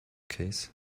case